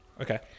Okay